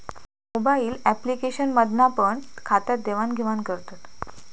mobile application मधना पण खात्यात देवाण घेवान करतत